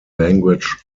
language